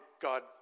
God